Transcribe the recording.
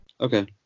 Okay